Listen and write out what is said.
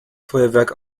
feuerwerk